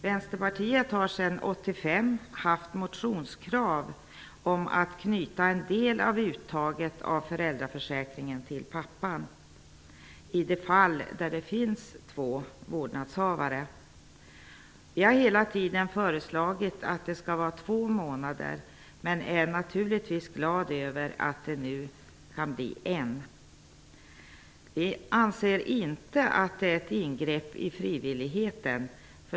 Vänsterpartiet har sedan 1985 haft motionskrav om att knyta en del av uttaget av föräldraförsäkringen till pappan i de fall där det finns två vårdnadshavare. Vårt förslag har hela tiden varit att det skall vara fråga om två månader. Men vi är naturligtvis glada över att det nu kan bli en månad. Vi anser inte att detta är ett ingrepp i frivilligheten.